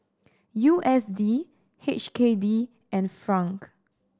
U S D H K D and franc